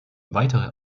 weitere